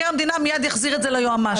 המדינה מיד יחזיר את זה ליועץ המשפטי.